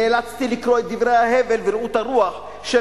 נאלצתי לקרוא את דברי ההבל ורעות הרוח של